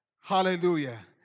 Hallelujah